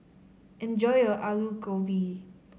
enjoy your Alu Gobi